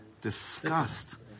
disgust